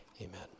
Amen